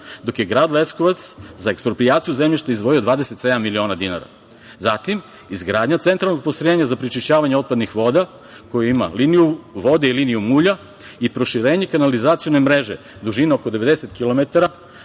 dok je grad Leskovac za eksproprijaciju zemljišta izdvojio 27 miliona dinara. Zatim, izgradnja centralno postrojenja za prečišćavanje otpadnih voda koji ima liniju vode i liniju mulja i proširenje kanalizacione mreže dužine oko 90 km za